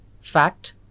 fact